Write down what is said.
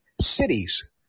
cities